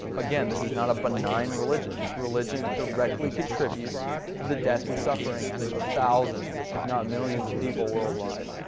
again, this is not a benign religion. this religion directly contributes to the death and suffering of thousands if not millions of people worldwide.